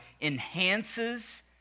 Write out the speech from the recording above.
enhances